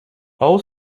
all